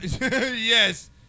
Yes